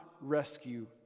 rescue